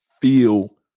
feel